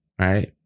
Right